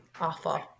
awful